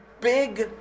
big